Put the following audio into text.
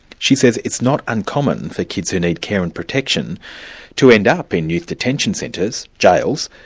she says it's not uncommon for kids who need care and protection to end up in youth detention centres, jails,